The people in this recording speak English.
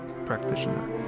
practitioner